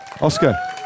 Oscar